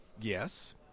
Yes